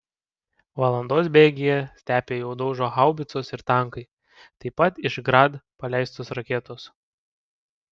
valandos bėgyje stepę jau daužo haubicos ir tankai taip pat iš grad paleistos raketos